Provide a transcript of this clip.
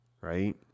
Right